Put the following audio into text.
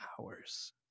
hours